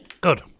Good